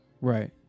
right